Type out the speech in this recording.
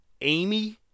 Amy